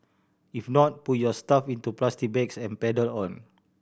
if not put your stuff into plastic bags and pedal on